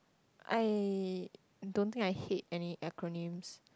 I don't think I hate any acronyms